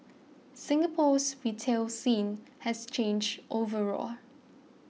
Singapore's retail scene has changed overall